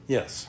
Yes